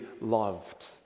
loved